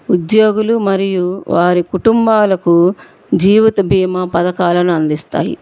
ఉద్యోగులు మరియు వారి కుటుంబాలకు జీవిత బీమా పథకాలను అందిస్తాయి